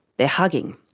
they're hugging.